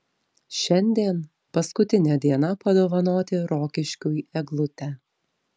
šiandien paskutinė diena padovanoti rokiškiui eglutę